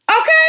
okay